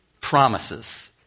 promises